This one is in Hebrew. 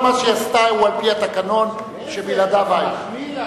כל מה שהיא עשתה הוא על-פי התקנון, שבלעדיו אין.